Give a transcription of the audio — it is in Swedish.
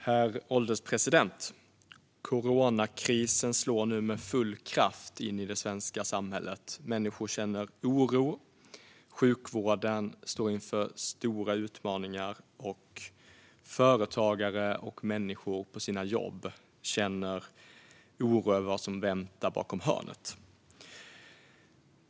Herr ålderspresident! Coronakrisen slår nu med full kraft in i det svenska samhället. Människor känner oro. Sjukvården står inför stora utmaningar. Företagare och människor på sina jobb känner oro över vad som väntar runt hörnet.